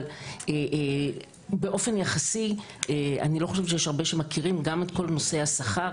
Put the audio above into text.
אבל באופן יחסי אני לא חושבת שיש הרבה שמכירים גם את כל נושא השכר.